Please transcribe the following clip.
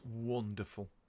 wonderful